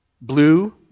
blue